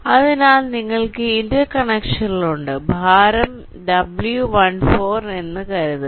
അതിനാൽ നിങ്ങൾക്ക് ഇന്റർ കണക്ഷനുകൾ ഉണ്ട് ഭാരം w14 എന്ന് കരുതുക